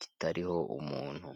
kitariho umuntu.